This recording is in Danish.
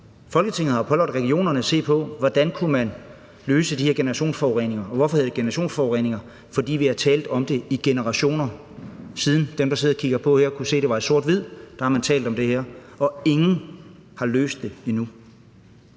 Folketinget har pålagt regionerne at se på, hvordan man kunne løse de her generationsforureninger. Og hvorfor hedder det generationsforureninger? Det er, fordi vi har talt om det i generationer, og lige siden de, der sidder og kigger på det her, kunne se det i sort-hvid, har man talt om det her, og ingen har endnu